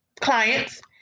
clients